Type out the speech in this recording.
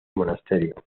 monasterio